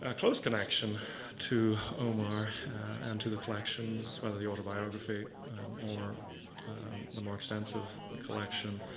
ah close connection to omar and to the collection or the autobiography or the more extensive collection.